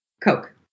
Coke